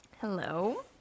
Hello